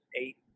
eight